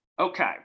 Okay